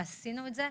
ועשינו את זה.